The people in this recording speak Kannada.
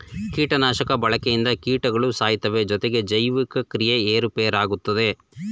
ಕೀಟನಾಶಕಗಳ ಬಳಕೆಯಿಂದ ಕೀಟಗಳು ಸಾಯ್ತವೆ ಜೊತೆಗೆ ಜೈವಿಕ ಕ್ರಿಯೆ ಏರುಪೇರಾಗುತ್ತದೆ